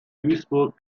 duisburg